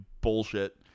bullshit